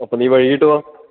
അപ്പൊ നീ വൈകീട്ട് വാ